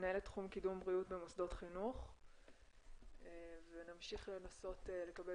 מנהלת תחום קידום בריאות במוסדות חינוך ונמשיך לנסות לקבל